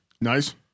Nice